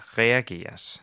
reageres